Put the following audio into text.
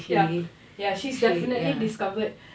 ya ya she's definitely discovered